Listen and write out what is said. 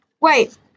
Wait